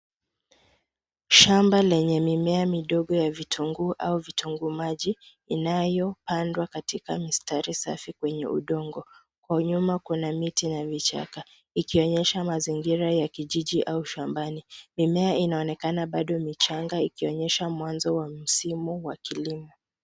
Shamba lenye mimea midogo ya vitunguu au vitunguu maji inayo pandwa katika mistari safi kwenye udongo. Kwa nyuma kuna miti na vichaka ikionyesha mazingira ya kijiji au shambani. Mimea inaonekana bado michanga ikionyesha mwanzo wa msimu wa kilimo.